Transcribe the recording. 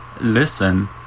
listen